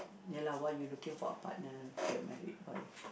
ya lah why you looking for a partner get married why